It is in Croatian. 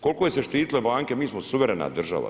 Koliko se štitilo banke, mi smo suverena država.